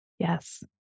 Yes